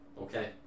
okay